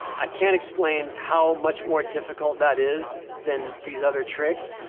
i can't explain how much more difficult that is than these other tricks.